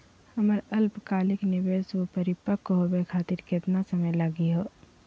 हमर अल्पकालिक निवेस क परिपक्व होवे खातिर केतना समय लगही हो?